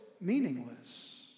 meaningless